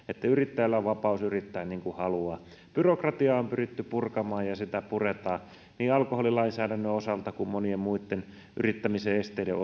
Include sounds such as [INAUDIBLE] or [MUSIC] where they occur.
yrittäjällä on vapaus yrittää niin kuin haluaa byrokratiaa on pyritty purkamaan ja sitä puretaan niin alkoholilainsäädännön osalta kuin monien muitten yrittämisen esteiden [UNINTELLIGIBLE]